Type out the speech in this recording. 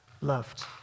loved